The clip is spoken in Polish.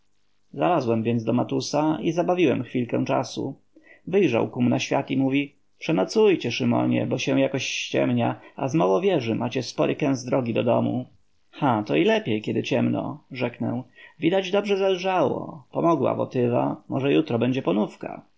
zalazłem więc do matusa i zabawiłem chwilkę czasu wyjrzał kum na świat i mówi przenocujcie szymonie bo się jakoś ściemnia a z małowieży macie spory kęs drogi do domu ha to i lepiej kiedy ciemno rzeknę widać dobrze zelżało pomogła wotywa może jutro będzie ponówka